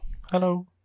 Hello